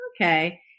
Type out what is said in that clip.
Okay